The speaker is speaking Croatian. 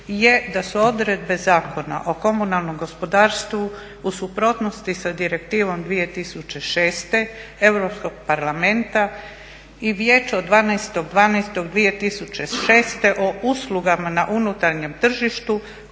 je da su odredbe Zakona o komunalnom gospodarstvu u suprotnosti sa Direktivom 2006. Europskog parlamenta i Vijeća od 12.12.2006. o uslugama na unutarnjem tržištu